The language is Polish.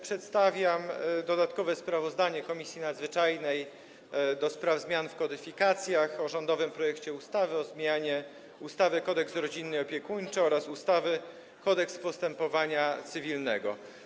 Przedstawiam dodatkowe sprawozdanie Komisji Nadzwyczajnej do spraw zmian w kodyfikacjach o rządowym projekcie ustawy o zmianie ustawy Kodeks rodzinny i opiekuńczy oraz ustawy Kodeks postępowania cywilnego.